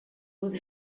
would